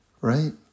right